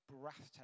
breathtaking